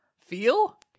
Feel